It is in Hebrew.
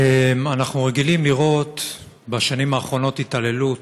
אנחנו רגילים לראות בשנים האחרונות התעללות